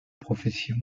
profession